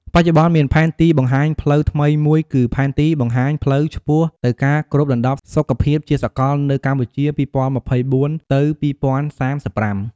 បច្ចុប្បន្ន មានផែនទីបង្ហាញផ្លូវថ្មីមួយគឺ "ផែនទីបង្ហាញផ្លូវឆ្ពោះទៅការគ្របដណ្ដប់សុខភាពជាសកលនៅកម្ពុជា ២០២៤ ទៅ ២០៣៥"។